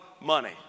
money